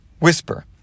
whisper